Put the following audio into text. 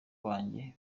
wanjye